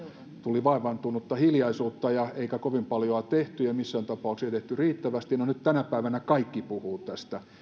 tuli vaivaantunutta hiljaisuutta eikä kovin paljoa tehty ja missään tapauksessa ei tehty riittävästi nyt tänä päivänä kaikki puhuvat tästä